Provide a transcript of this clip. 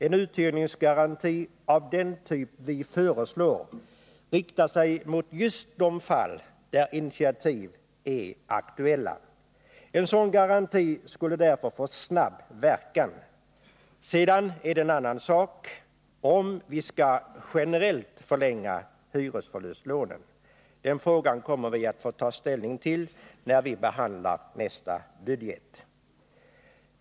En uthyrningsgaranti av den typ vi föreslår riktar sig mot just de fall där initiativ är aktuella. En sådan garanti skulle därför få snabb verkan. Sedan är det en annan sak om vi skall generellt förlänga hyresförlustlånen. Den frågan kommer vi att få ta ställning till när vi behandlar nästa budget.